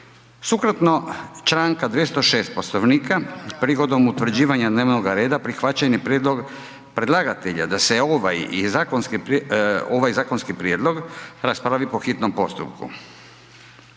Sukladno Članka 206. Poslovnika prigodom utvrđivanja dnevnoga reda prihvaćen je prijedlog predlagatelja da se ovaj i zakonski prijedlog, ovaj zakonski